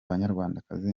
banyarwandakazi